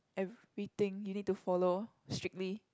everything you need to follow strictly